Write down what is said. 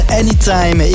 anytime